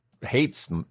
hates